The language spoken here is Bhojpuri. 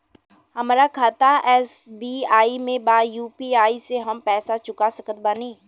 हमारा खाता एस.बी.आई में बा यू.पी.आई से हम पैसा चुका सकत बानी?